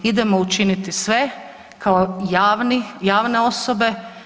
Idemo učiniti sve kao javne osobe.